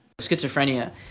Schizophrenia